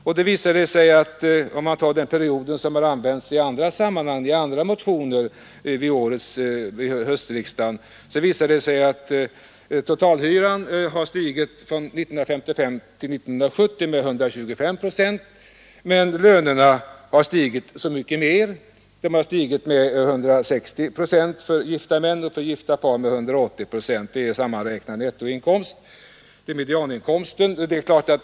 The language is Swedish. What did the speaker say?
Ser vi på den period som man utgått från i motioner som behandlats i andra sammanhang under höstriksdagen visar det sig att totalhyran från 1955 till 1970 har stigit med 125 procent, men att lönerna har stigit mycket mer — med 160 procent för gifta män och med 180 procent för gifta par. Det gäller sammanräknad nettoinkomst och det är fråga om mediainkomster.